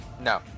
no